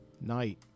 night